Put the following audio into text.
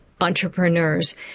entrepreneurs